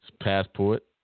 passport